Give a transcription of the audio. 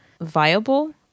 viable